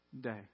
day